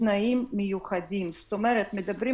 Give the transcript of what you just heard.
בתנאים מיוחדים, אומרים